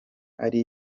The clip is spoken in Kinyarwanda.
ari